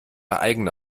eigene